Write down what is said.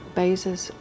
bases